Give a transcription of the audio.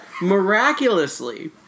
miraculously